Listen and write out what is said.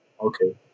Okay